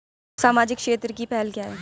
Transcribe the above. सामाजिक क्षेत्र की पहल क्या हैं?